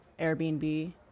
Airbnb